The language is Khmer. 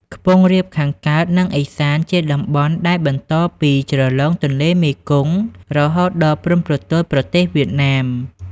ខ្ពង់រាបខាងកើត និង ឦសាន ជាតំបន់ដែលបន្តពីជ្រលងទន្លេមេគង្គ រហូតដល់ព្រំប្រទល់ប្រទេសវៀតណាម ។